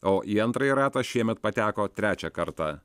o į antrąjį ratą šiemet pateko trečią kartą